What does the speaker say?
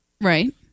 Right